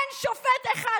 אין שופט אחד